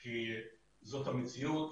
כי זאת המציאות.